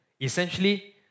Essentially